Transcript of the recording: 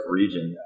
region